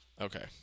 Okay